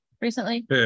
recently